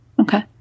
okay